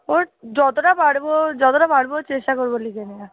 ও যতটা পারব যতটা পারব চেষ্টা করব লিখে নেওয়ার